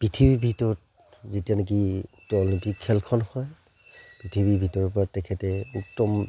পৃথিৱীৰ ভিতৰত যেতিয়া নেকি উক্ত অলিম্পিক খেলখন হয় পৃথিৱীৰ ভিতৰৰপৰা তেখেতে উত্তম